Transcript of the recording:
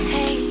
Hey